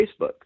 Facebook